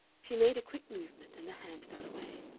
she made a quick movement, and the hand fell away.